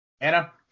Anna